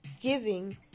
giving